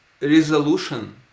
resolution